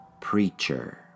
Preacher